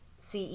CE